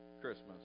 Christmas